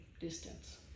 distance